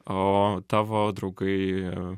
o tavo draugai